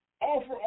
offer